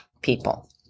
people